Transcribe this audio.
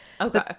Okay